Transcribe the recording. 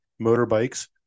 motorbikes